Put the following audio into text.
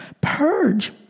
purge